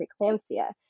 preeclampsia